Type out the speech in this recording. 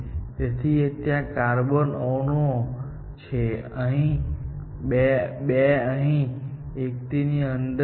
તેથી ત્યાં 3 કાર્બન અણુઓ છે 2 અહીં 1 તેની અંદર છે